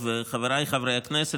וחברי חברי הכנסת,